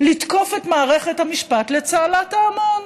לתקוף את מערכת המשפט לצהלת ההמון.